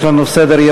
יש לנו סדר-יום.